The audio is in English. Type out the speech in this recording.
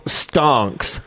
stonks